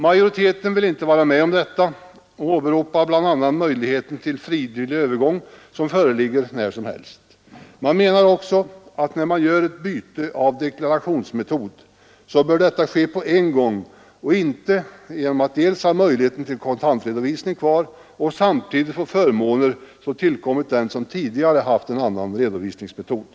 Majoriteten vill inte vara med om detta och åberopar bl.a. möjligheten till frivillig övergång, som föreligger när som helst. Den menar också att när man gör ett byte av deklarationsmetod bör detta ske på en gång och inte genom att ha möjligheten till kontantredovisning och samtidigt få förmåner som tillkommit dem som tidigare haft en annan redovisningsmetod.